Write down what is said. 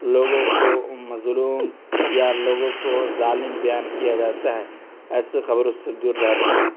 لوگوں کو مظلوم یا لوگوں کو ظالم بیان کیا جاتا ہے ایسے خبروں سے دور رہتے ہیں